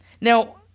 Now